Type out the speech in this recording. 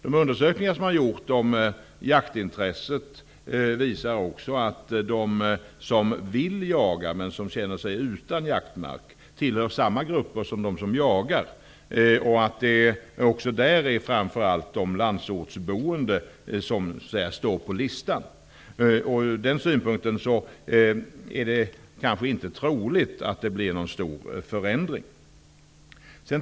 De undersökningar som gjorts av jaktintresset visar att de som vill jaga men känner sig utan jaktmark tillhör samma grupper som de som jagar. Det är framför allt de landsortsboende som står på listan. Därför är det kanske inte troligt att det blir någon stor förändring.